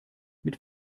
mit